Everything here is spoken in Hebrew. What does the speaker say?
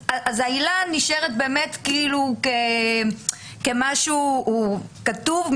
אז העילה נשארת באמת כאילו כמשהו כתוב,